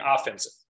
offensive